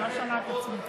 אני לא שומעת את עצמי.